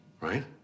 right